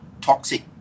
toxic